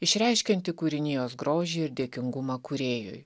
išreiškianti kūrinijos grožį ir dėkingumą kūrėjui